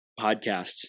podcasts